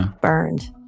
burned